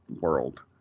world